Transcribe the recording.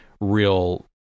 real